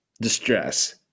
distress